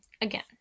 again